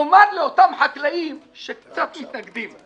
נאמר לאותם חקלאים שקצת מתנגדים,